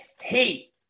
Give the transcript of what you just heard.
hate